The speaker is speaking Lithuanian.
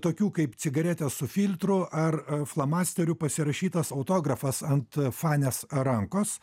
tokių kaip cigaretės su filtru ar flomasteriu pasirašytas autografas ant fanės rankos